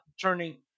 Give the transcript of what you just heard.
turning –